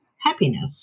happiness